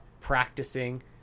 practicing